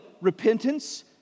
repentance